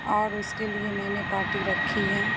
اور اس کے لیے میں نے پارٹی رکھی ہے